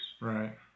Right